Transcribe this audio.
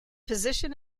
position